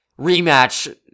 rematch